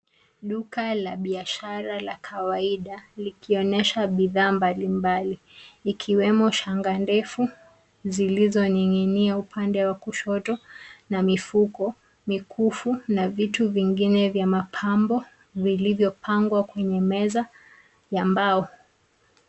Duka la biashara la kawaida. likionesha bidhaa mbali mbali .ikiwemo shanga ndefu zilizoninginia upande wa kushoto ,na mifuko ,mikufu na vitu vingine vya mapambo vilivyopangwa kwenye meza ya mbao.